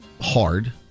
hard